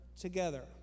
together